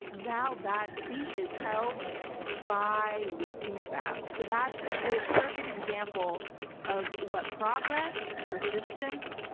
now that seat is held by lucy mcbath. so that's a perfect example of what progress, persistence,